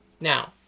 Now